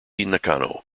nakano